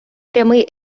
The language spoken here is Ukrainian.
прямий